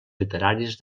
literaris